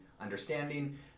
understanding